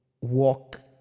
walk